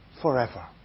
Forever